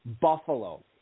Buffalo